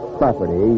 property